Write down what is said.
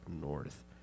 north